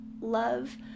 love